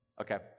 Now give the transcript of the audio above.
Okay